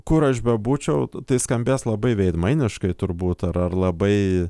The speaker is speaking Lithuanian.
kur aš bebūčiau tai skambės labai veidmainiškai turbūt ar ar labai